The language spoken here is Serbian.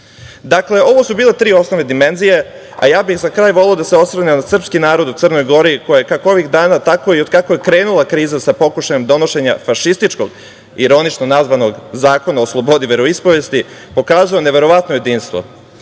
smešni. Dakle, ovo su bile tri osnovne dimenzije, a za kraj bih voleo da se osvrnem na srpski narod u Crnoj Gori kako ovih dana i od kako je krenula kriza sa pokušajem donošenja fašističkog, ironično nazvanog zakona o slobodi veroispovesti, pokazao neverovatno jedinstvo,